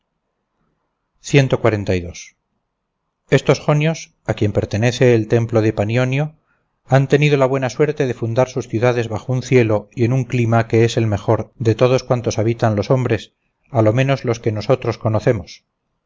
estos jonios a quien pertenece el templo de panionio han tenido la buena suerte de fundar sus ciudades bajo un cielo y en un clima que es el mejor de cuantos habitan los hombres a lo menos los que nosotros conocemos